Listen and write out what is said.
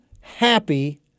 happy